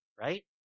right